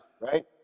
Right